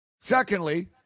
Secondly